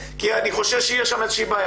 כי אני חושש שיש שם איזושהי בעיה.